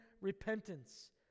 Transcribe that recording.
repentance